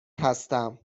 هستم